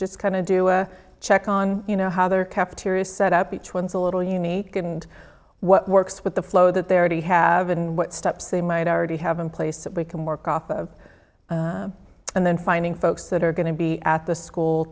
just kind of do a check on you know how their cafeteria set up each one's a little unique and what works with the flow that they're ready have and what steps they might already have in place that we can work off of and then finding folks that are going to be at the school